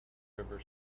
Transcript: river